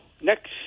next